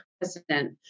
president